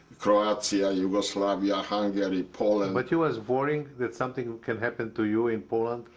croatia, yugoslavia, hungary, poland. but you was worrying that something can happen to you in poland?